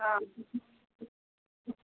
ହଁ